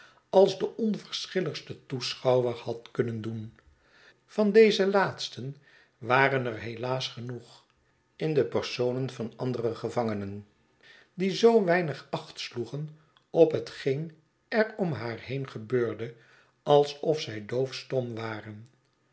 als de onverschilligste toeschouwer had kunnen doen van deze laatsten waren er helaas genoeg in de personen der andere gevangenen die zoo weinig achtsloegen op hetgeen er om haar heen gebeurde alsof zij doofstom